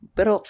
Pero